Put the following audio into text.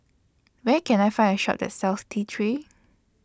Where Can I Find A Shop that sells T three